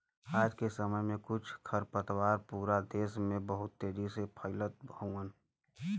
आज के समय में कुछ खरपतवार पूरा देस में बहुत तेजी से फइलत हउवन